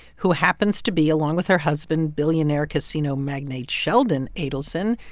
who happens to be, along with her husband, billionaire casino magnate sheldon adelson,